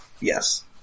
Yes